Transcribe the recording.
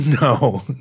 No